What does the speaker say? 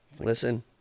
listen